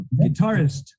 guitarist